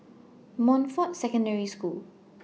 Montfort Secondary School